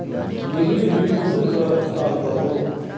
बिजली बिल कुंसम करे भुगतान कर बो?